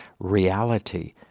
reality